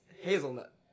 hazelnut